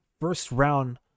first-round